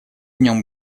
нем